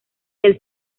del